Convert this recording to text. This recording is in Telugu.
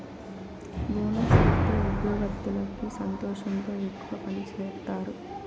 బోనస్ ఇత్తే ఉద్యోగత్తులకి సంతోషంతో ఎక్కువ పని సేత్తారు